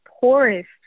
poorest